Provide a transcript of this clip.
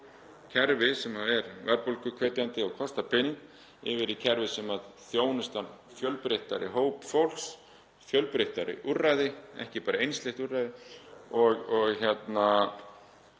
kerfi sem er verðbólguhvetjandi og kostar peninga yfir í kerfi sem þjónustar fjölbreyttari hóp fólks, fjölbreyttari úrræði, ekki bara einsleitt úrræði og er